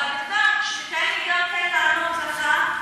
אבל בתנאי שתיתן לי גם כן לענות לך,